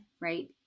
right